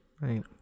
right